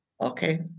Okay